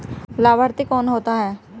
लाभार्थी कौन होता है?